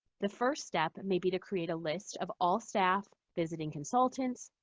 the first step and may be to create a list of all staff, visiting consultants,